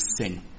sin